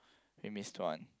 we missed one